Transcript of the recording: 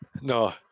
no